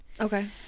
okay